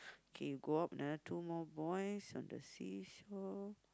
okay you go up another two boy on the see-saw